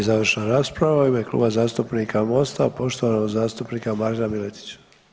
Slijedi završna rasprava u ime Kluba zastupnika MOST-a, poštovanog zastupnika Marina Miletića.